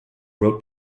wrote